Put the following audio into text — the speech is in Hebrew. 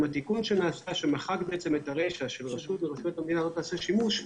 עם התיקון שנעשה שמחק את הרישה של "רשות מרשויות המדינה לא תעשה שימוש",